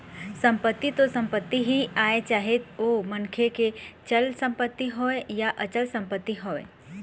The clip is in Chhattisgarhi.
संपत्ति तो संपत्ति ही आय चाहे ओ मनखे के चल संपत्ति होवय या अचल संपत्ति होवय